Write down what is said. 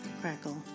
crackle